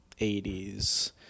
80s